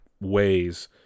ways